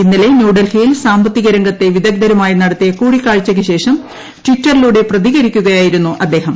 ഇന്നലെ ന്യൂഡൽഹിയിൽ സാമ്പത്തിക രംഗത്തെ വിദഗ്ധരുമായി നടത്തിയ കൂടിക്കാഴ്ചയ്ക്കുശേഷം ടിറ്ററിലൂടെ പ്രതികരിക്കുകയായിരുന്നു അദ്ദേഹം